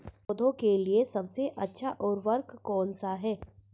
पौधों के लिए सबसे अच्छा उर्वरक कौन सा है?